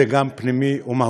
זה גם פנימי ומהותי.